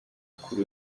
kuri